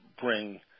bring